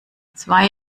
zwei